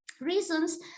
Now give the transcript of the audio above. reasons